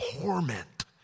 torment